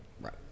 Right